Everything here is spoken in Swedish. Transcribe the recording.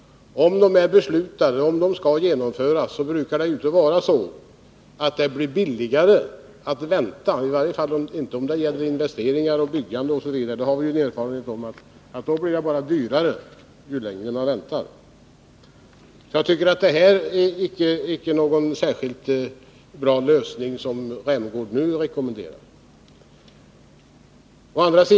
Om beslut är fattade och skall genomföras, brukar det inte bli billigare att vänta, i varje fall inte om det gäller investeringar, byggande osv. Vi har erfarenhet av att det bara blir dyrare, ju längre man väntar. Det är alltså inte någon särskilt bra lösning som Rolf Rämgård nu rekommenderar.